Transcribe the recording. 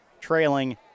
trailing